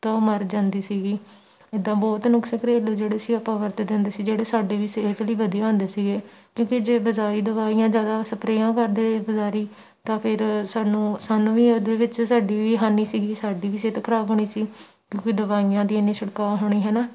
ਤਾਂ ਉਹ ਮਰ ਜਾਂਦੀ ਸੀਗੀ ਇੱਦਾਂ ਬਹੁਤ ਨੁਕਸ ਘਰੇਲੂ ਜਿਹੜੇ ਸੀ ਆਪਾਂ ਵਰਤਦੇ ਹੁਦੇ ਸੀ ਜਿਹੜੇ ਸਾਡੇ ਵੀ ਸਿਹਤ ਲਈ ਵਧੀਆ ਹੁੰਦੇ ਸੀਗੇ ਕਿਉਂਕਿ ਜੇ ਬਜ਼ਾਰੀ ਦਵਾਈਆਂ ਜ਼ਿਆਦਾ ਸਪਰੇਆਂ ਕਰਦੇ ਬਜ਼ਾਰੀ ਤਾਂ ਫਿਰ ਸਾਨੂੰ ਸਾਨੂੰ ਵੀ ਉਹਦੇ ਵਿੱਚ ਸਾਡੀ ਵੀ ਹਾਨੀ ਸੀਗੀ ਸਾਡੀ ਵੀ ਸਿਹਤ ਖਰਾਬ ਹੋਣੀ ਸੀ ਕਿਉਂਕਿ ਦਵਾਈਆਂ ਦੀ ਐਨੀ ਛਿੜਕਾਅ ਹੋਣੀ ਹੈ ਨਾ